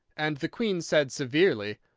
and the queen said severely,